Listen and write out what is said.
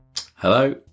Hello